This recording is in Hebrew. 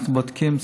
ואנחנו בודקים.